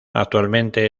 actualmente